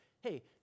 Hey